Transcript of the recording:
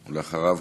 אחריו,